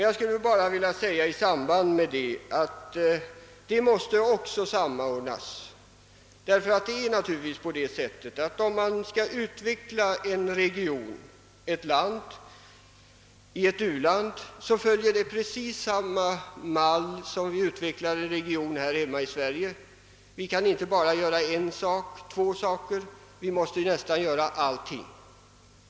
Jag skulle bara vilja tillägga att också dessa insatser måste samordnas med andra. Skall vi utveckla en region i ett u-land måste vi naturligtvis följa precis samma mall som när vi utvecklar en region hemma i Sverige. Vi kan inte bara göra en sak eller två; vi måste göra nästan allting.